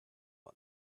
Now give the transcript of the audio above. one